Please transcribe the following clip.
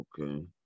Okay